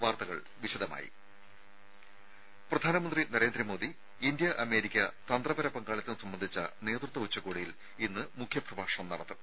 വാർത്തകൾ വിശദമായി പ്രധാനമന്ത്രി നരേന്ദ്രമോദി ഇന്ത്യ അമേരിക്ക തന്ത്രപര പങ്കാളിത്തം സംബന്ധിച്ച നേതൃത്വ ഉച്ചകോടിയിൽ ഇന്ന് മുഖ്യ പ്രഭാഷണം നടത്തും